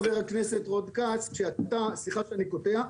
חבר הכנסת רון כץ וסליחה שאני קוטע,